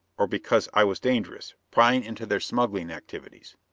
or because i was dangerous, prying into their smuggling activities.